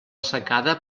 secada